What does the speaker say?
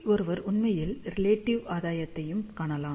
எனவே ஒருவர் உண்மையில் ரிலேடிவ் ஆதாயத்தையும் காணலாம்